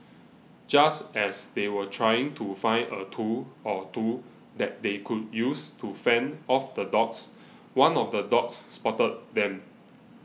just as they were trying to find a tool or two that they could use to fend off the dogs one of the dogs spotted them